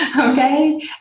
Okay